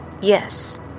Yes